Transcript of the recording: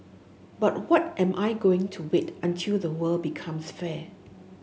but what am I going to wait until the world becomes fair